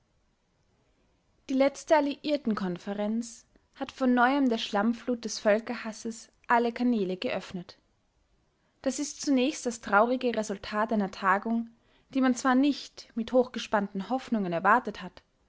die letzte alliierten-konferenz hat von neuem der schlammflut des völkerhasses alle kanäle geöffnet das ist zunächst das traurige resultat einer tagung die man zwar nicht mit hochgespannten hoffnungen erwartet hat